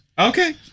Okay